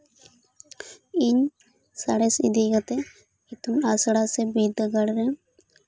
ᱤᱧ ᱥᱟᱬᱮᱸᱥ ᱤᱫᱤ ᱠᱟᱛᱮᱫ ᱤᱛᱩᱱ ᱟᱥᱲᱟ ᱥᱮ ᱵᱤᱨᱫᱟᱹᱜᱟᱲ ᱨᱮ